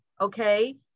okay